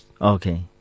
Okay